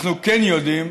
אנחנו כן יודעים